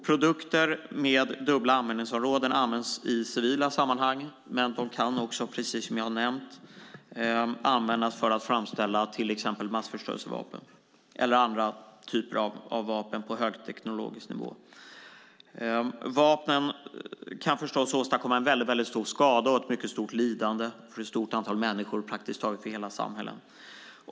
Produkter med dubbla användningsområden används i civila sammanhang, men de kan också, precis som jag har nämnt, användas för att framställa till exempel massförstörelsevapen eller andra typer av vapen på hög teknologisk nivå. Det är vapen som förstås kan åstadkomma väldigt stor skada och ett mycket stort lidande för ett stort antal människor, praktiskt taget för hela samhällen.